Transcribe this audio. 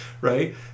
right